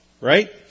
Right